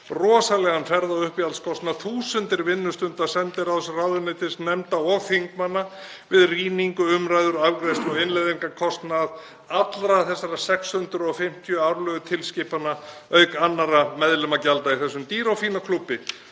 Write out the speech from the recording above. rosalegan ferða- og uppihaldskostnað, þúsundir vinnustunda sendiráðs, ráðuneytis, nefnda og þingmanna við rýningu, umræður, afgreiðslu og innleiðingarkostnað allra þessara 650 árlegu tilskipana, auk annarra meðlimagjalda í þessum dýra og fína klúbbi